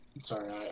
sorry